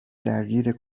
درگیر